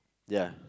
ya